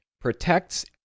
protects